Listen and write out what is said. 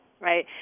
right